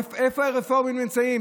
איפה הרפורמים נמצאים?